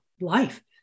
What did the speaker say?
life